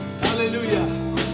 Hallelujah